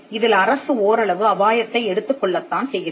இதில் அரசு ஓரளவு அபாயத்தை எடுத்துக் கொள்ளத் தான் செய்கிறது